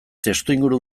testuinguru